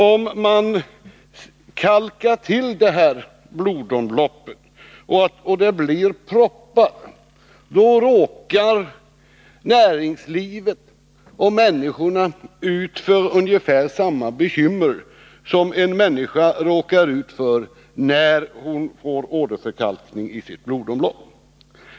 Om man kalkar till detta blodomlopp och det blir proppar, råkar näringslivet och människorna ut för ungefär samma bekymmer som en människa som får åderförkalkning i sitt blodomlopp.